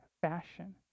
fashion